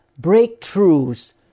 breakthroughs